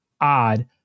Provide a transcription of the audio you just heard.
odd